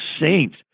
saints